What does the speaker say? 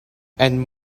and